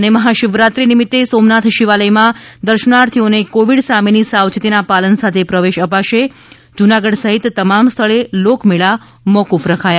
ૈ મહાશિવરાત્રી નિમિત્તે સોમનાથ શિવાલયમાં દર્શનાર્થીઓને કોવિડ સામેની સાવચેતીના પાલન સાથે પ્રવેશ અપાશે જુનાગઢ સહિત તમામ સ્થળે લોકમેળા મોકૂફ રખાયા